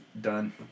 done